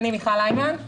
אני מיכל היימן,